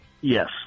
yes